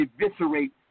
eviscerate